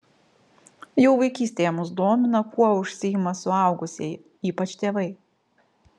jau vaikystėje mus domina kuo užsiima suaugusieji ypač tėvai